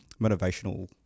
motivational